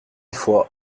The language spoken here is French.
fois